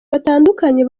batandukanye